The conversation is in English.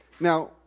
Now